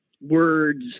words